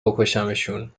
بکشمشون